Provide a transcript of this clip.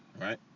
right